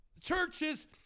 churches